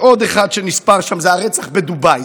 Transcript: עוד אחד שנספר שם זה הרצח בדובאי.